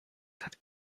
that